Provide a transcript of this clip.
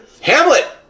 Hamlet